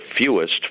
fewest